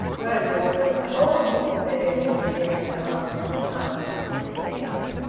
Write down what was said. well, you ought to have told me, said edwin, with the air of a master of the house who is displeased.